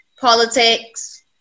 Politics